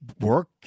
work